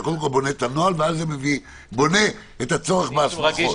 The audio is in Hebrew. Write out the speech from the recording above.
אתה קודם כל בונה את הצורך בהסמכות.